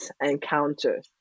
encounter